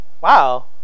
wow